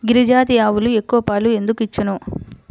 గిరిజాతి ఆవులు ఎక్కువ పాలు ఎందుకు ఇచ్చును?